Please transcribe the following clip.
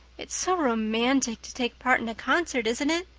it's so romantic to take part in a concert, isn't it?